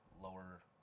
lower